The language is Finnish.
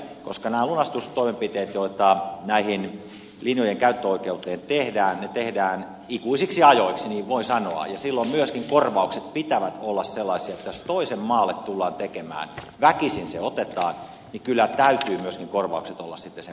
nämä lunastustoimenpiteet joita näiden linjojen käyttöoikeuteen tehdään tehdään ikuisiksi ajoiksi niin voin sanoa ja silloin myös korvaukset pitää olla sellaisia jos toisen maalle tullaan tekemään väkisin se otetaan kyllä täytyy myöskin korvausten olla sitten sen mukaisia